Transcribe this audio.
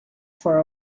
for